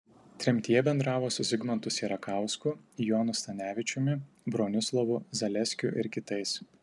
tremtyje bendravo su zigmantu sierakausku jonu stanevičiumi bronislovu zaleskiu ir kitais